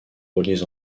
reliés